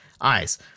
eyes